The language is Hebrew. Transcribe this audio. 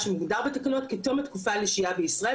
שמוגדר בתקנות כתום התקופה לשהייה בישראל,